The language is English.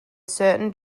certain